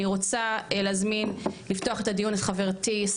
רוצה להזמין לפתוח את הדיון את חברתי,